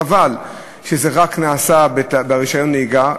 חבל שזה נעשה רק ברישיון הנהיגה,